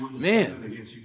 man